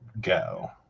Go